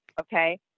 okay